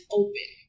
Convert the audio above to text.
open